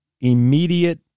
immediate